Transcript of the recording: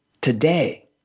today